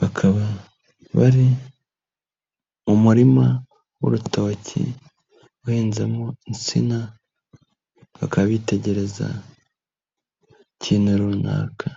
bakaba bari mu murima w'urutoki urenzenzemo insina, bakabitegereza ikintu runaka.